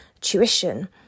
tuition